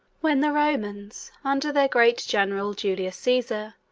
when the romans, under their great general, julius caesar,